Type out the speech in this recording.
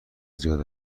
زیاد